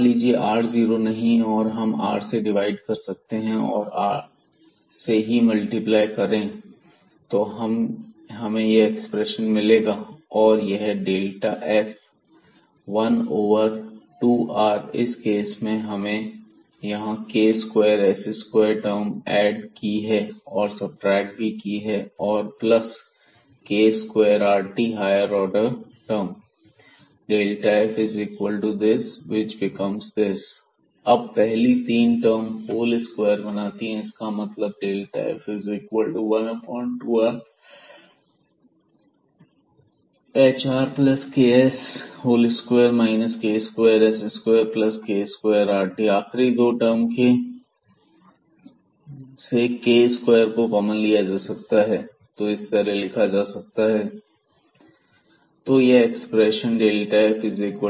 तो मान लीजिए r 0 नहीं है और हम r से डिवाइड कर सकते हैं और r से ही मल्टीप्लाई कर सकते हैं तो हमें यह एक्सप्रेशन मिलेगा और यह f 1 ओवर 2 r इस केस में हमने यहां k2s2टर्म एड की है और सबट्रैक्ट भी की है और plus k2rt plus higher order term f12rh2r22hkrsk2rt f12rh2r22hkrsk2s2 k2s2k2rt अब पहली तीन टर्म होल स्क्वायर बनाती हैं इसका मतलब है f12rhrks2 k2s2k2rt आखरी दो टर्म से के स्क्वायर कॉमन लिया जा सकता है f12rhrks2k2 तो यह एक्सप्रेशन है f12rhrks2k2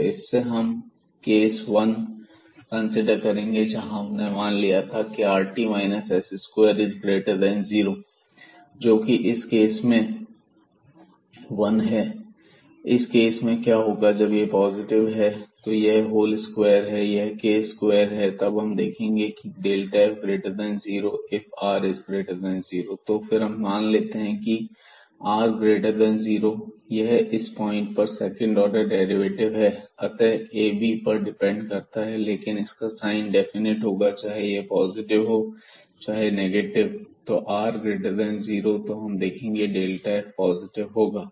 इससे हम केस वन का कंसीडर करेंगे जहां हमने मान लिया है rt s20 जोकि के केस वन है इस केस में क्या होगा जब यह पॉजिटिव है और यह होल स्क्वायर है तब यह k स्क्वायर टर्म है तब हम देखेंगे की f0ifr0 तो क्या हम फिर से मान लेते हैं की r0 यह इस पॉइंट ab पर सेकंड ऑर्डर डेरिवेटिव है अतः यह ab पर डिपेंड करता है लेकिन इसका साइन डेफिनेट होगा चाहे यह पॉजिटिव हो या नेगेटिव तो यदि यह r0 तो हम यह देखेंगे की f पॉजिटिव होगा